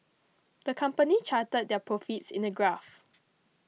the company charted their profits in a graph